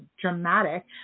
dramatic